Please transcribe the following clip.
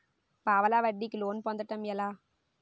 పావలా వడ్డీ కి లోన్ పొందటం ఎలా?